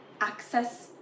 access